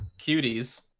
cuties